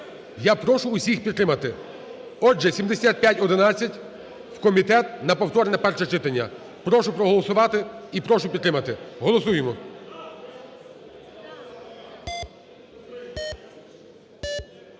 Я прошу усіх підтримати. Отже, 7511 в комітет, на повторне перше читання. Прошу проголосувати і прошу підтримати. Голосуємо.